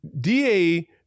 DA